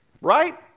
right